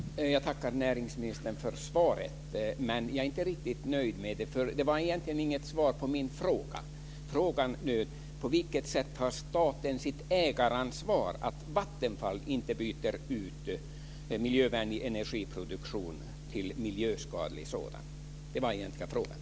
Fru talman! Jag tackar näringsministern för svaret, men jag är inte riktigt nöjd med det. Det var egentligen inget svar på min fråga. Frågan löd: På vilket sätt tar staten sitt ägaransvar för att Vattenfall inte ska byta ut miljövänlig energiproduktion mot miljöskadlig sådan? Det var den egentliga frågan.